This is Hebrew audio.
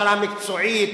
הכשרה מקצועית,